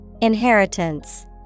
Inheritance